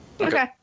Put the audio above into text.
Okay